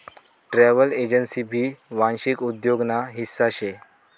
travel agency भी वांशिक उद्योग ना हिस्सा शे